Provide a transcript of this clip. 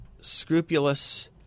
scrupulous